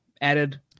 added